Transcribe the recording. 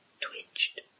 twitched